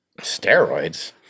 Steroids